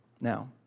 Now